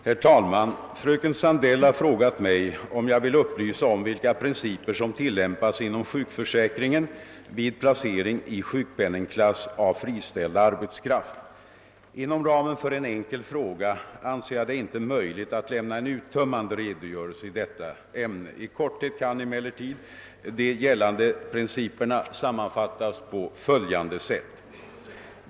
Herr talman! Fröken Sandell har frågat mig om jag vill upplysa om vilka principer som tillämpas inom sjukförsäkringen vid placering i sjukpenningklass av friställd arbetskraft. Inom ramen för en enkel fråga anser jag det inte möjligt att lämna en uttömmande redogörelse i detta ämne. I korthet kan emellertid de gällande principerna sammanfattas på följande sätt.